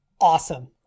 awesome